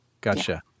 Gotcha